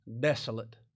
desolate